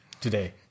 today